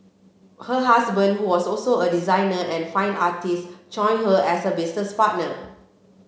her husband who was also a designer and fine artist joined her as a business partner